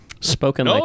Spoken